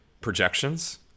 projections